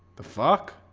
the fuck